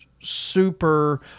super